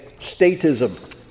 statism